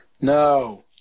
No